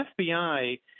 FBI